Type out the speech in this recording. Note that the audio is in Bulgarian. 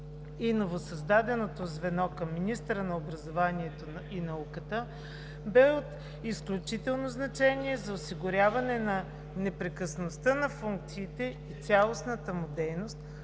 и новосъздаденото звено към министъра на образованието и науката бе от изключително значение за осигуряване на непрекъснатостта на функциите и цялостната му дейност,